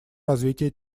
развитие